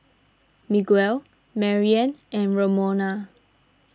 Miguel Mariann and Ramona